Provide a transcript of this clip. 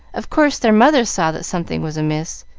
of course, their mother saw that something was amiss,